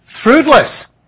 fruitless